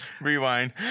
Rewind